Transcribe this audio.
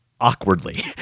awkwardly